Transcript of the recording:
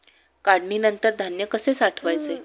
काढणीनंतर धान्य कसे साठवायचे?